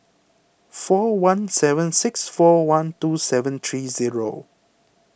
four one seven six four one two seven three zero